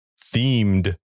themed